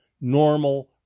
normal